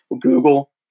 Google